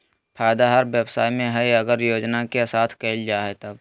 फायदा हर व्यवसाय में हइ अगर योजना के साथ कइल जाय तब